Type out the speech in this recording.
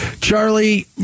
Charlie